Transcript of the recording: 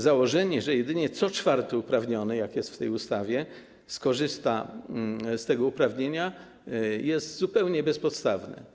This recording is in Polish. Założenie, że jedynie co czwarty uprawniony, jak jest w tej ustawie, skorzysta z tego uprawnienia, jest zupełnie bezpodstawne.